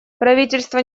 правительство